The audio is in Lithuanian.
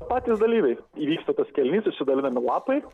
patys dalyviai įvyksta tas kėlinys išsidalinami lapai